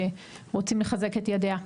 רוצים לחזק את ידיה.